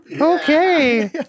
Okay